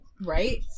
Right